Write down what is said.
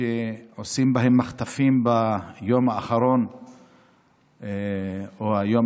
שעושים בהם מחטפים ביום האחרון או ביום